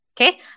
Okay